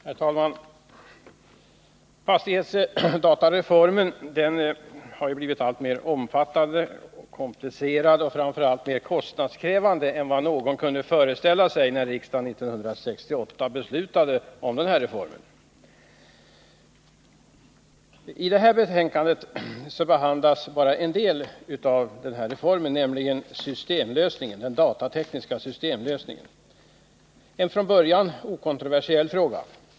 Herr talman! Fastighetsdatareformen har blivit mer omfattande, mer komplicerad och framför allt mer kostnadskrävande än vad någon kunde föreställa sig när riksdagen 1968 beslutade om reformen. I detta betänkande behandlas bara en del av reformen, nämligen den datatekniska systemlösningen — en från början okontroversiell fråga.